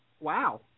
Wow